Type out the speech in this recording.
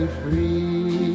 free